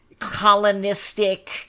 colonistic